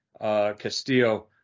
Castillo